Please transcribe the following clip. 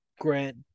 Grant